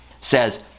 says